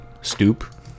stoop